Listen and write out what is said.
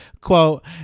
Quote